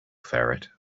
ferret